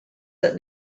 that